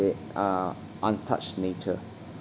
they are untouched nature